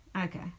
Okay